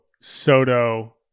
Soto